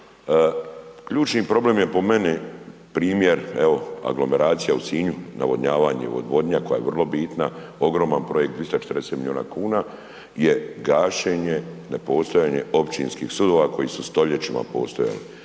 ključni problem je po meni primjer evo aglomeracija u Sinju, navodnjavanje i odvodnja koja je vrlo bitna, ogroman projekt, 240 milijuna kuna je gašenje, nepostojanje općinskih sudova koji su stoljećima postojali,